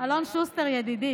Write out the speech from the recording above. אלון שוסטר, ידידי.